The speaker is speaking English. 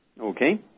Okay